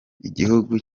igihugu